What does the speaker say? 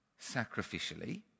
sacrificially